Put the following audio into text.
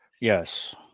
Yes